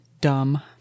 dumb